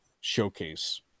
showcase